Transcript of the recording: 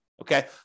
okay